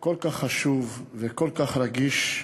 כל כך חשוב וכל כך רגיש,